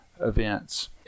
events